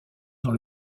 dans